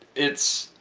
it's.